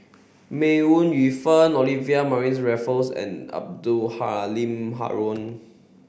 May Ooi Yu Fen Olivia Mariamne Raffles and Abdul Halim Haron